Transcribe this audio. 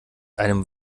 einem